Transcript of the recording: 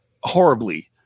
horribly